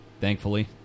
thankfully